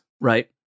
right